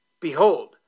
Behold